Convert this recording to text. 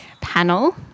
panel